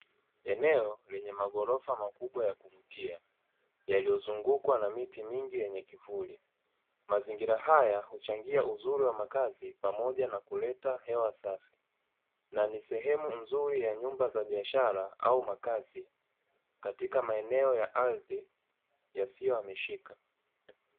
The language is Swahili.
Eneo lenye maghorofa makubwa ya kuvutia yaliyozungukwa na miti mingi yenye kivuli, mazingira haya huchangia uzuri wa makazi pamoja na kuleta hewa safi, na ni sehemu nzuri ya nyumba za biashara au makazi katika maeneo ya ardhi yasiyohamishika.